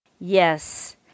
Yes